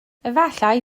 efallai